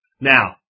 Now